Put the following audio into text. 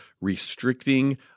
restricting